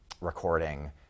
recording